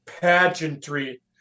pageantry